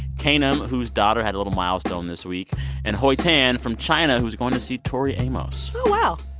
kanam whose daughter had a little milestone this week and hoi taan, from china, who's going to see tori amos oh, wow.